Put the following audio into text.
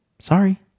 Sorry